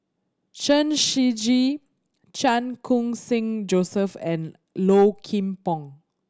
Chen Shiji Chan Khun Sing Joseph and Low Kim Pong